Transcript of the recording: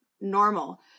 normal